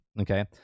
Okay